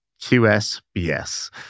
QSBS